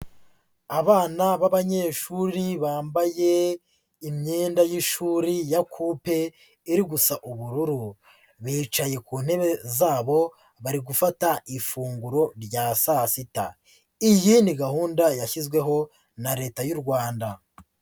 Abana b'abanyeshuri bambaye imyenda y'ishuri ya kupe iri gusa ubururu, bicaye ku ntebe zabo bari gufata ifunguro rya saa sita. Iyi ni gahunda yashyizweho na Leta y'u Rwanda.